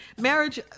Marriage